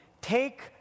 take